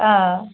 অ